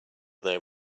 their